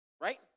right